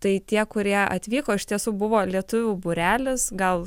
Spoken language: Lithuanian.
tai tie kurie atvyko iš tiesų buvo lietuvių būrelis gal